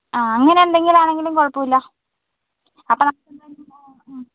ആ അങ്ങനെന്തെങ്കിലും ആണെങ്കിലും കുഴപ്പമില്ല അപ്പോൾ നമുക്കെന്തായാലും